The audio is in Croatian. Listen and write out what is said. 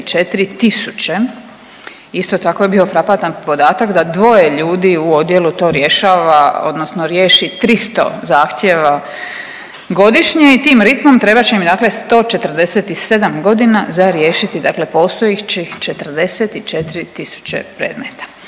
Isto tako je bio frapantan podatak da dvoje ljudi u odjelu to rješava odnosno riješi 300 zahtjeva godišnje i tim ritmom trebat će im, dakle 147 godina za riješiti, dakle postojećih 44 000 predmeta,